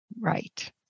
Right